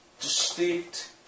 distinct